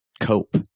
cope